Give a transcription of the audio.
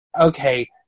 okay